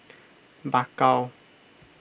Bakau